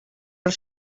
els